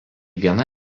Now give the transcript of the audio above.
viena